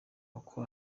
uko